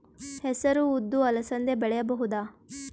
ಹೆಸರು ಉದ್ದು ಅಲಸಂದೆ ಬೆಳೆಯಬಹುದಾ?